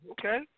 Okay